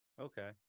Okay